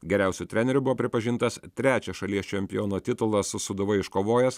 geriausiu treneriu buvo pripažintas trečią šalies čempiono titulą su sūduva iškovojęs